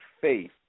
faith